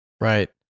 Right